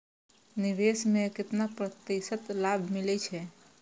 निवेश में केतना प्रतिशत लाभ मिले छै?